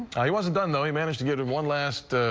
he he wasn't done, though. he managed to get and one last.